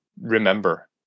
remember